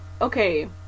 okay